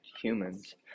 humans